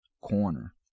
corner